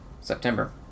September